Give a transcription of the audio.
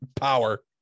power